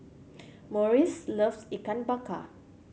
Maurice loves Ikan Bakar